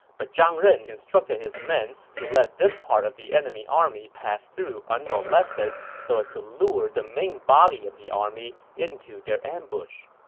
but zhang ren instructed his men to let this part of the enemy army pass through unmolested so as to lure the main body of the army into their ambush.